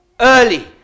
early